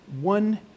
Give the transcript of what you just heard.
one